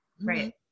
right